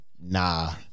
Nah